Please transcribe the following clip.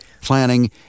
planning